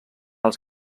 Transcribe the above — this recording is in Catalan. els